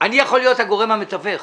אני יכול להיות הגורם המתווך.